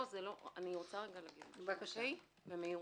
אומר במהירות.